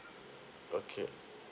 okay